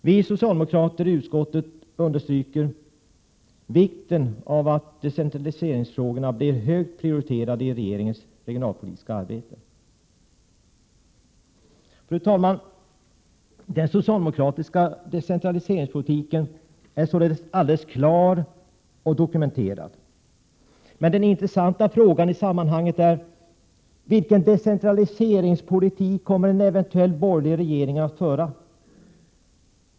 Vi socialdemokrater i utskottet understryker vikten av att decentraliseringsfrågorna blir högt prioriterade i regeringens regionalpolitiska arbete. Fru talman! Den socialdemokratiska decentraliseringspolitiken är alldeles klar och dokumenterad. Men den intressanta frågan i sammanhanget är: Vilken decentraliseringspolitik kommer en eventuell borgerlig regering att föra?